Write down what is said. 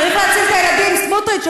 צריך להציל את הילדים, סמוטריץ.